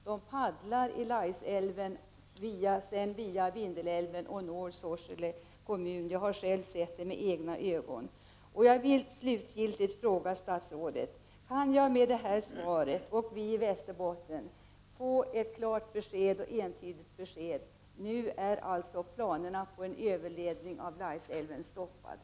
De paddlar i Laisälven och når sedan Sorsele kommun via Vindelälven, vilket jag själv har sett med egna ögon. Slutligen vill jag fråga statsrådet: Innebär det här svaret ett klart och entydligt besked till oss i Västerbotten om att planerna på en överledning av Laisälven är stoppade?